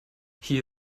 hier